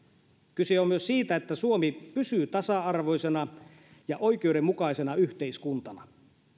kyse on myös siitä että suomi pysyy tasa arvoisena ja oikeudenmukaisena yhteiskuntana